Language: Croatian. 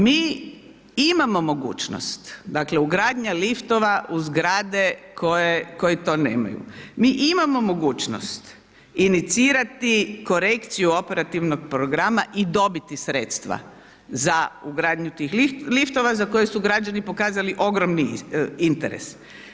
Mi imamo mogućnost, dakle ugradnja liftova u zgrade koje to nemaju, mi imamo mogućnost inicirati korekciju Operativnog programa i dobiti sredstva za ugradnju tih liftova za koje su građani pokazali ogromni interes.